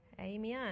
Amen